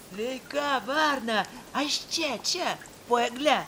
sveika varna aš čia čia po egle